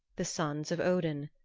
the sons of odin,